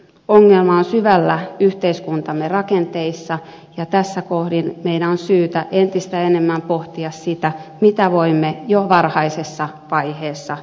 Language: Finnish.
ongelma on syvällä yhteiskuntamme rakenteissa ja tässä kohdin meidän on syytä entistä enemmän pohtia sitä mitä voimme jo varhaisessa vaiheessa tehdä